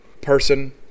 person